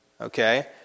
Okay